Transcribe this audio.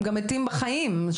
הם גם מתים בעודם בחיים.